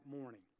morning